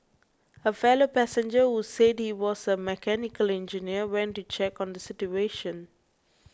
a fellow passenger who said he was a mechanical engineer went to check on the situation